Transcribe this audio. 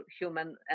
human